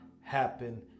happen